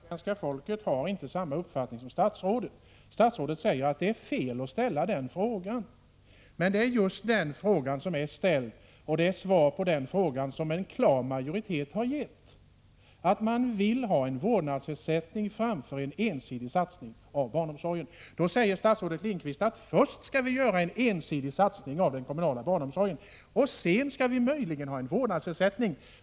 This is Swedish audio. Herr talman! Jag konstaterar på nytt att svenska folket inte har samma uppfattning som statsrådet. Statsrådet säger att det är fel att ställa den här frågan. Men det är just den frågan som är ställd, och det är den frågan som är besvarad. En klar majoritet vill ha en vårdnadsersättning framför en ensidig satsning på barnomsorgen. Då säger statsrådet Lindqvist: Först skall vi göra en ensidig satsning på den kommunala barnomsorgen. Sedan skall vi möjligen ha en vårdnadsersättning.